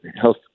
health